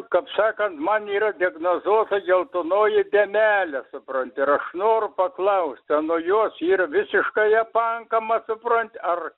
kad sakant man yra diagnozuota geltonoji dėmelė supranti ir aš noriu paklaust a nuo jos yra visiškai apankama supranti ar